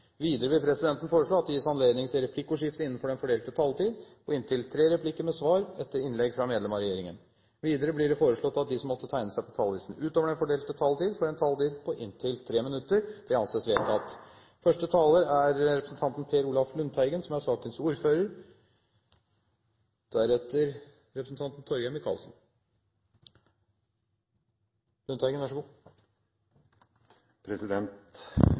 Videre vil presidenten foreslå at det gis anledning til replikkordskifte på inntil fem replikker med svar etter innlegg fra medlem av regjeringen innenfor den fordelte taletid. Videre blir det foreslått at de som måtte tegne seg på talerlisten utover den fordelte taletid, får en taletid på inntil 3 minutter. – Det anses vedtatt. Første taler er representanten